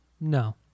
No